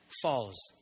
falls